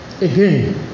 Again